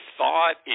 thought